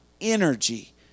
energy